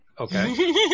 Okay